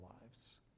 lives